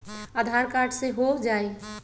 आधार card से हो जाइ?